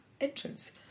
entrance